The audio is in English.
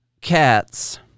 cats